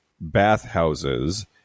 bathhouses